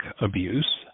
abuse